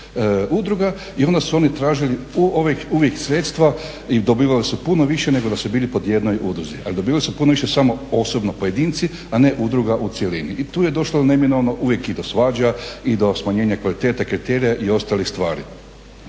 i onda su oni tražili uvijek sredstva i dobivali su puno više nego da su bili pod jednoj udruzi. Ali dobivali su puno više samo osobno pojedinci, a ne udruga u cjelini. I tu je došlo neminovno uvijek i do svađa i do smanjenja kvalitete kriterija i ostalih stvari.